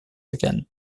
again